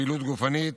פעילות גופנית,